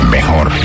Mejor